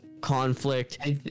conflict